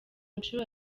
nshuro